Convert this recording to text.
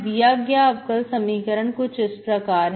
दिया गया अवकल समीकरण कुछ इस प्रकार है